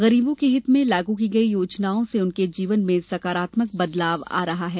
गरीबों के हित में लागू की गई योजनाओं से उनके जीवन में सकारात्मक बदलाव आ रहा है